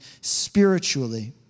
spiritually